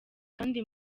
kandi